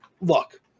Look